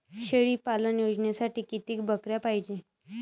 शेळी पालन योजनेसाठी किती बकऱ्या पायजे?